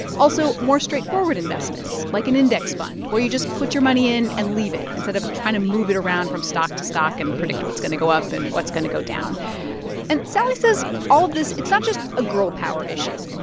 also, more straightforward investments like an index fund where you just put your money in and leave it instead of trying to move it around from stock to stock and predict what's going to go up and what's going to go down and sallie says all of this, it's not just a girl power issue.